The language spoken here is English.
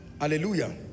Hallelujah